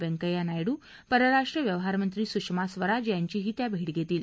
वेंकय्या नायडू परराष्ट्र व्यवहार मंत्री सुषमा स्वराज यांचीही त्या भेट घेतील